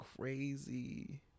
crazy